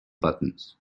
buttons